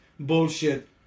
Bullshit